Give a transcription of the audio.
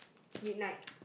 midnight